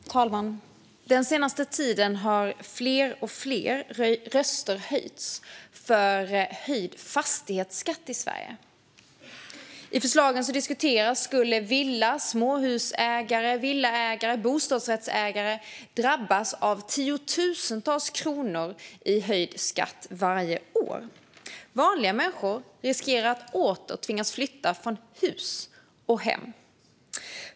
Herr talman! Den senaste tiden har fler och fler röster höjts för höjd fastighetsskatt i Sverige. Med de förslag som diskuteras skulle villa och småhusägare och bostadsrättsägare drabbas av tiotusentals kronor i höjd skatt varje år. Vanliga människor riskerar att åter tvingas flytta från hus och hem.